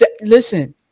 listen